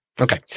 Okay